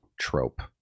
trope